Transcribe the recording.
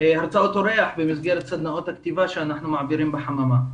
אורח במסגרת סדנאות הכתיבה שאנחנו מעבירים בחממה.